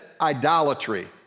idolatry